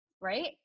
Right